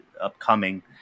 upcoming